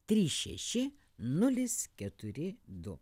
trys šeši nulis keturi du